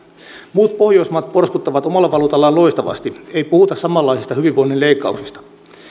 muut pohjoismaat porskuttavat omalla valuutallaan loistavasti ei puhuta samanlaisista hyvinvoinnin leikkauksista